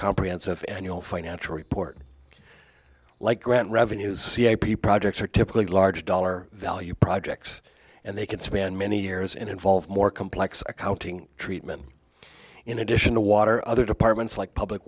comprehensive annual financial report like grand revenues c a p projects are typically large dollar value projects and they can span many years and involve more complex accounting treatment in addition to water other departments like public